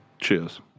Cheers